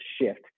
shift